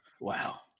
Wow